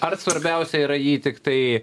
ar svarbiausia yra jį tiktai